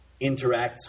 interacts